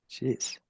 jeez